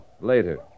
Later